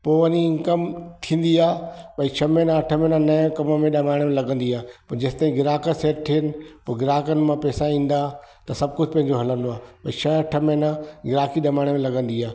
पोइ वञी इनकम थींदी आहे भाई छह महीना अठ महीना नएं कम में ॼमाइण में लॻंदी आहे पोइ जेसिताईं ग्राहक सेट थियनि पोइ ग्राहकनि मां पैसा ईंदा त सभु कुझु हलंदो आहे छह अठ महीना ग्राहकी ॼमाइण में लॻंदी आहे